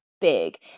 big